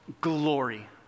glory